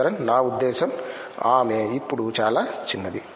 శంకరన్ నా ఉద్దేశ్యం ఆమె ఇప్పుడు చాలా చిన్నది